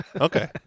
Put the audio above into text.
Okay